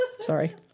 sorry